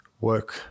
work